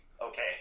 okay